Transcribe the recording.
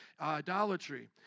idolatry